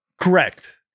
Correct